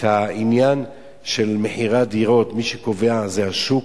את העניין של מכירת דירות, מי שקובע זה השוק,